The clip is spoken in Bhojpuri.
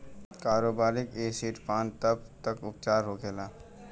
कारबोलिक एसिड पान तब का उपचार होखेला?